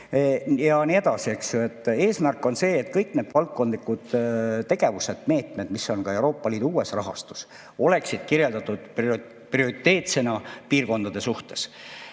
Ja nii edasi. Eesmärk on see, et kõik need valdkondlikud tegevused, meetmed, mis on ka Euroopa Liidu uues rahastus, oleksid kirjeldatud prioriteetsena piirkondade suhtes.